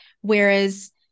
Whereas